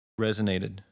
resonated